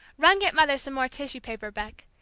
run get mother some more tissue paper, beck.